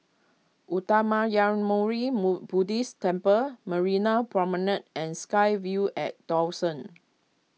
Uttamayanmuni Buddhist Temple Marina Promenade and SkyVille at Dawson